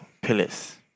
pillars